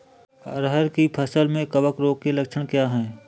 अरहर की फसल में कवक रोग के लक्षण क्या है?